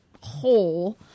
hole